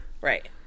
right